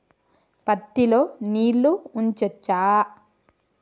పత్తి లో నీళ్లు ఉంచచ్చా?